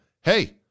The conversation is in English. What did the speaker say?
Hey